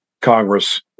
Congress